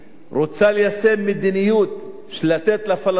רוצה ליישם מדיניות של לתת לפלסטינים